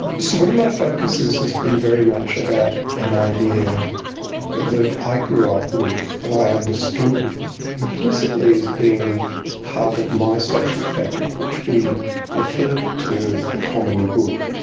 so, one of my focuses has been very much about an idea that i grew up with, that i understood implicitly as being part of my social fabric, which we referred to as the common good.